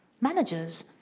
managers